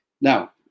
Now